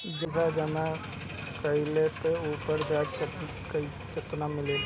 पइसा जमा कइले पर ऊपर ब्याज केतना मिली?